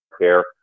care